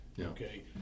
okay